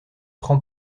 prend